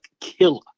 Killer